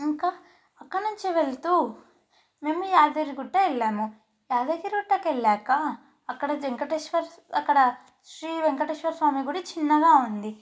ఇంక అక్కడ నుంచి వెళ్తూ మేము యాదగిరి గుట్ట వెళ్ళాము యాదగిరి గుట్టకి వెళ్ళాక అక్కడ జింకటేశ్వర అక్కడ శ్రీ వెంకటేశ్వర స్వామి గుడి చిన్నగా ఉంది